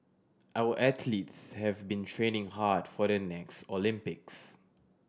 our athletes have been training hard for the next Olympics